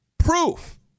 proof